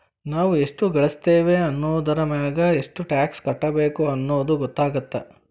ನಾವ್ ಎಷ್ಟ ಗಳಸ್ತೇವಿ ಅನ್ನೋದರಮ್ಯಾಗ ಎಷ್ಟ್ ಟ್ಯಾಕ್ಸ್ ಕಟ್ಟಬೇಕ್ ಅನ್ನೊದ್ ಗೊತ್ತಾಗತ್ತ